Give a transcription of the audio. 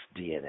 DNA